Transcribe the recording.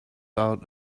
out